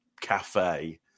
cafe